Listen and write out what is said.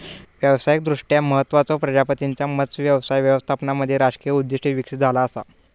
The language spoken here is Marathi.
व्यावसायिकदृष्ट्या महत्त्वाचचो प्रजातींच्यो मत्स्य व्यवसाय व्यवस्थापनामध्ये राजकीय उद्दिष्टे विकसित झाला असा